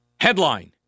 Headline